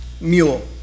mule